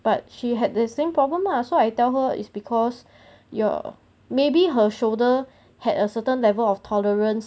but she had the same problem lah so I tell her it's because your maybe her shoulder had a certain level of tolerance